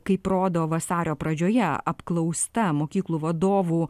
kaip rodo vasario pradžioje apklausta mokyklų vadovų